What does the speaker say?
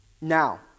Now